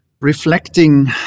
reflecting